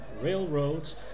Railroads